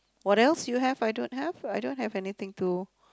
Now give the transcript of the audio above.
what else you have I don't have I don't have anything to